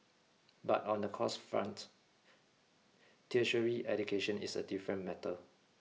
but on the costs front tertiary education is a different matter